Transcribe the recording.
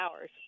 hours